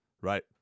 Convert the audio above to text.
right